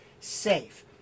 safe